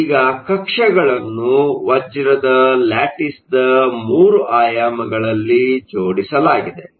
ಈಗ ಈ ಕಕ್ಷೆಗಳನ್ನು ವಜ್ರದ ಲ್ಯಾಟಿಸ್ದ 3 ಆಯಾಮಗಳಲ್ಲಿ ಜೋಡಿಸಲಾಗಿದೆ